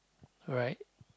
all right